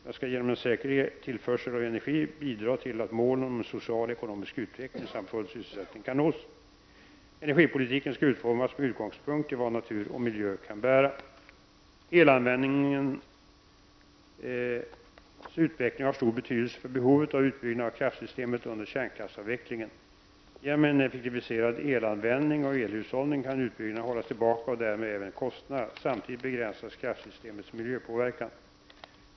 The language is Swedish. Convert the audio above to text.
Den skall genom en säker tillförsel av energi bidra till att målen om en social och ekonomisk utveckling samt full syselsättning kan nås. Energipolitiken skall utformas med utgångspunkt i vad natur och miljö kan bära. Elanvändningens utveckling har stor betydelse för behovet av utbyggnad av kraftsystemet under kärnkraftsavvecklingen. Genom en effektiviserad elanvändning och elhushållning kan utbyggnaden hållas tillbaka och därmed även kostnaderna. Samtidigt begränsas kraftsystemets miljöpåverkan.